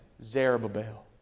Zerubbabel